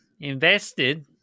invested